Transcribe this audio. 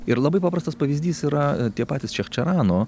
ir labai paprastas pavyzdys yra tie patys šechčerano